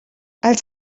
els